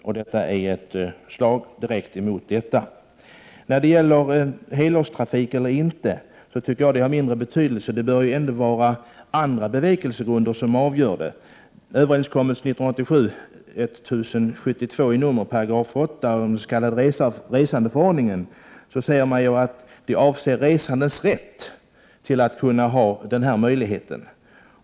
Det inträffade är ett slag direkt emot detta. Om det rör sig om helårstrafik eller inte tycker jag har mindre betydelse. Det bör ju ändå vara andra bevekelsegrunder som avgör. I 8 § av den s.k. resandeförordningen, 1987:1072, avses resandes rätt att ha den här möjligheten.